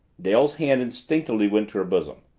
dale's hand instinctively went to her bosom.